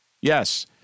Yes